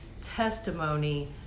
testimony